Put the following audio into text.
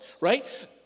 right